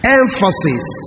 emphasis